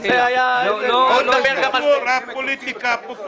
אז יהיו פחות פיגועים.